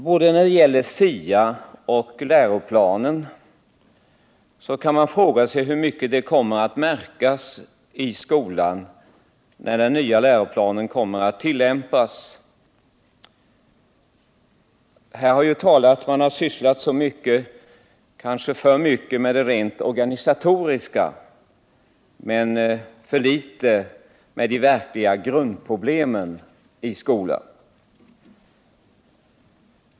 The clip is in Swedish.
Både när det gäller SIA och när det gäller läroplanen kan man fråga sig hur mycket den nya läroplanens tillämpning kommer att märkas i skolan. Man har sysslat så mycket, kanske för mycket, med det rent organisatoriska men för litet med de verkliga grundproblemen i skolan.